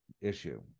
issue